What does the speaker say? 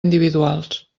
individuals